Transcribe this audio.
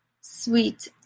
Sweet